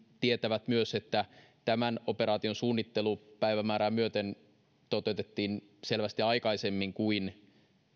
tietävät myös että tämän operaation suunnittelu päivämäärää myöten toteutettiin selvästi aikaisemmin kuin